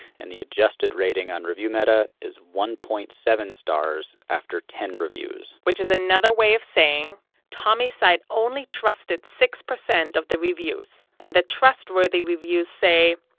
and the adjusted rating on reviewmeta is one point seven stars after ten reviews which is another way of saying tommy's site only trusted six percent of the reviews. and the trustworthy reviews say,